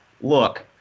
look